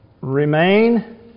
Remain